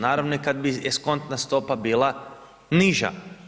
Naravno i kad bi eskontna stopa bila niža.